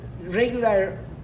regular